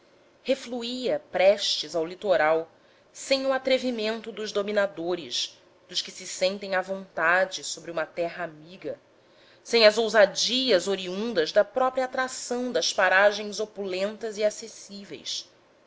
refluía prestes ao litoral sem o atrevimento dos dominadores dos que se sentem à vontade sobre uma terra amiga sem as ousadias oriundas da própria atração das paragens opulentas e acessíveis